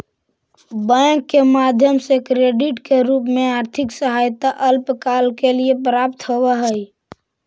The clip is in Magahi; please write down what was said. बैंक के माध्यम से क्रेडिट के रूप में आर्थिक सहायता अल्पकाल के लिए प्राप्त होवऽ हई